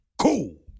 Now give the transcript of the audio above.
Cool